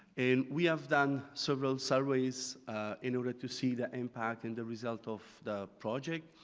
and we have done several surveys in order to see the impact and the result of the project.